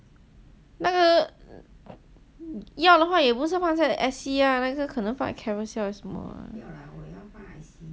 那个要的话也不是放在 Etsy ah 那些可能放在 Carousell 还是什么